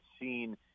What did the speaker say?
seen